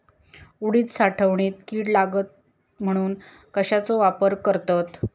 उडीद साठवणीत कीड लागात म्हणून कश्याचो वापर करतत?